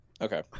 Okay